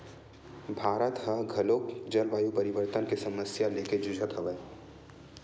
भारत ह घलोक जलवायु परिवर्तन के समस्या लेके जुझत हवय